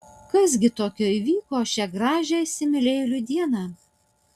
kas gi tokio įvyko šią gražią įsimylėjėlių dieną